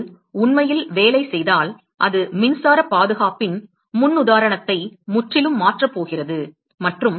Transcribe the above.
அது உண்மையில் வேலை செய்தால் அது மின்சார பாதுகாப்பின் முன்னுதாரணத்தை முற்றிலும் மாற்றப் போகிறது மற்றும்